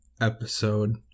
episode